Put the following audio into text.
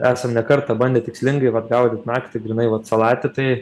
esam ne kartą bandę tikslingai vat gaudyt naktį grynai vat salatį tai